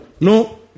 No